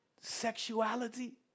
sexuality